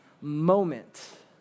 moment